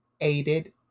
aided